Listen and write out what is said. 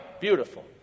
Beautiful